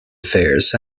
affairs